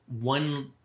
one